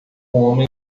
homem